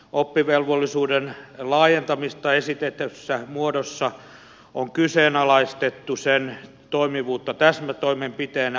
oppivelvollisuuden laajentamista esitetyssä muodossa on kyseenalaistettu sen toimivuutta täsmätoimenpiteenä